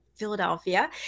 Philadelphia